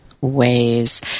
ways